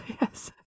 Yes